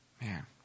Man